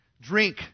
drink